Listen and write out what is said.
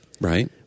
Right